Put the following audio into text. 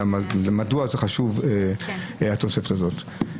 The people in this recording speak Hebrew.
מדוע התוספת הזאת חשובה?